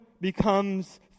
becomes